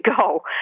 go